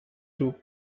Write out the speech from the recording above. too